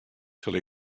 sil